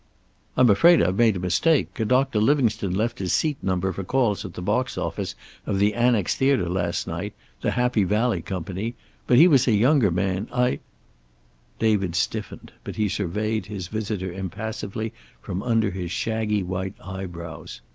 i'm afraid i've made a mistake. a doctor livingstone left his seat number for calls at the box office of the annex theater last night the happy valley company but he was a younger man. i david stiffened, but he surveyed his visitor impassively from under his shaggy white eyebrows.